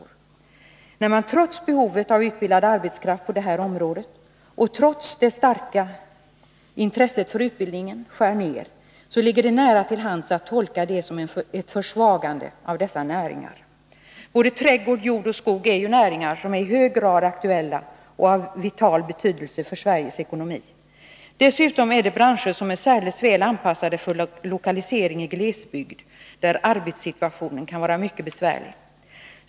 När regeringen trots behovet av utbildad arbetskraft på detta område och trots det starka intresset för utbildningen vill skära ner, ligger det nära till hands att tolka detta som ett försvagande av dessa näringar. Jord-, skogs-, och trädgårdssektorn gäller ju näringar som i hög grad är aktuella och av vital betydelse för Sveriges ekonomi. Dessutom är det branscher som är särdeles väl lämpade för lokalisering i glesbygd där arbetssituationen kan vara mycket besvärlig.